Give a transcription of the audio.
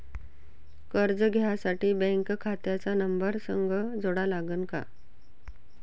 कर्ज घ्यासाठी बँक खात्याचा नंबर संग जोडा लागन का?